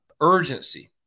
urgency